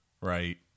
right